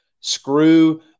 screw